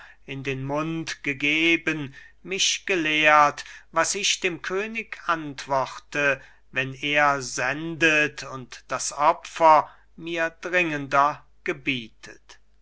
in den mund gegeben mich gelehrt was ich dem könig antworte wenn er sendet und das opfer mir dringender gebietet